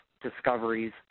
discoveries